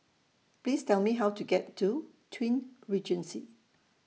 Please Tell Me How to get to Twin Regency